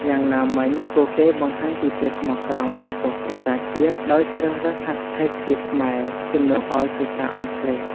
យ៉ាងណាមិញ ពួកគេបង្ហាញពីភាពស្មោះត្រង់ចំពោះភាសាជាតិដោយជ្រើសរើសប្រើ hashtags ជាខ្មែរ ជំនួសឱ្យភាសាអង់គ្លេស។